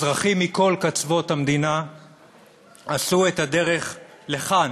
אזרחים מכל קצוות המדינה עשו את הדרך לכאן